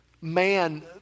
man